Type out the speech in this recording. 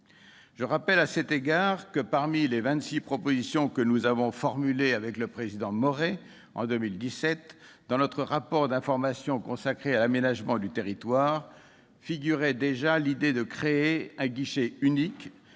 Je rappelle, à cet égard, que parmi les vingt-six propositions que nous avons formulées en 2017, avec le président Hervé Maurey, dans notre rapport d'information consacré à l'aménagement du territoire, figurait déjà l'idée de créer un guichet unique